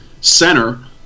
center